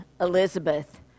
Elizabeth